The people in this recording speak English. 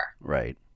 Right